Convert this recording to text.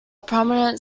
prominent